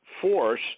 force